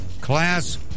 Class